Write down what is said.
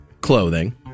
clothing